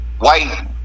white